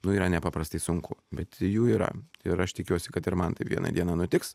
nu yra nepaprastai sunku bet jų yra ir aš tikiuosi kad ir man taip vieną dieną nutiks